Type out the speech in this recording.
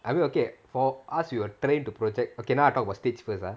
I mean okay for us we were trained to project okay now I talk about stage first ah